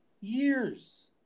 Years